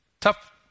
Tough